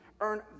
earn